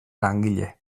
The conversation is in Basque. langile